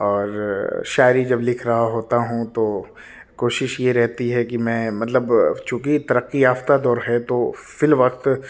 اور شاعری جب لکھ رہا ہوتا ہوں تو کوشش یہ رہتی ہے کہ میں مطلب چونکہ ترقی یافتہ دور ہے تو فی الوقت